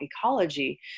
ecology